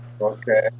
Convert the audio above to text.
Okay